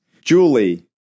Julie